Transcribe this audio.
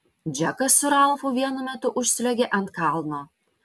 džekas su ralfu vienu metu užsliuogė ant kalno